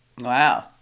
Wow